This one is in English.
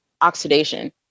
oxidation